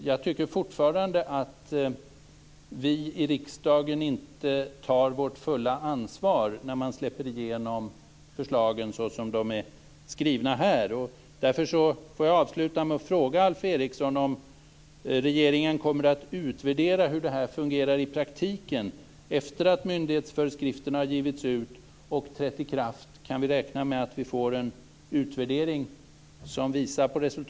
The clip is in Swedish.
Jag tycker fortfarande att vi i riksdagen inte tar vårt fulla ansvar när förslagen släpps igenom såsom de är skrivna här. Därför vill jag avsluta med att fråga Alf Ericsson om regeringen kommer att utvärdera hur detta fungerar i praktiken. Kan vi räkna med att få en utvärdering som visar resultaten efter att myndighetsföreskrifterna har givits ut och trätt i kraft?